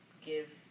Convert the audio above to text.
give